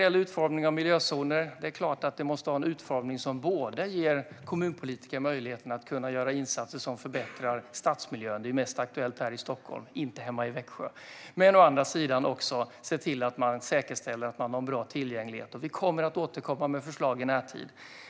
Miljözonerna måste självklart ha en utformning som ger kommunpolitiker möjlighet att göra insatser som förbättrar stadsmiljön - vilket mest är aktuellt här i Stockholm, inte hemma i Växjö - och samtidigt säkerställa god tillgänglighet. Vi kommer att återkomma med förslag i närtid.